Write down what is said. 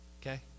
Okay